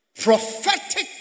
prophetic